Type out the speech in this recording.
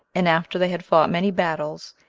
and after they had fought many battles,